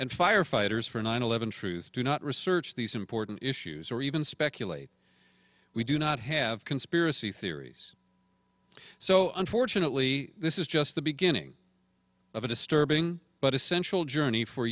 and firefighters for nine eleven truth do not research these important issues or even speculate we do not have conspiracy theories so unfortunately this is just the beginning of a disturbing but essential journey for